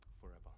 forever